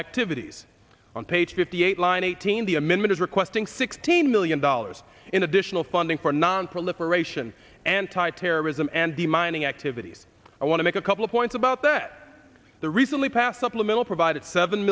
activities on page fifty eight line eighteen the amendment is requesting sixteen million dollars in additional funding for nonproliferation anti terrorism and the mining activities i want to make a couple of points about that the recently passed supplemental provided seven